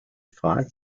frage